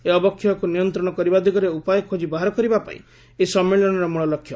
ଏହି ଅବକ୍ଷୟକୁ ନିୟନ୍ତ୍ରଣ କରିବା ଦିଗରେ ଉପାୟ ଖୋଜି ବାହାର କରିବା ପାଇଁ ଏହି ସମ୍ମିଳନୀର ମୂଳଲକ୍ଷ୍ୟ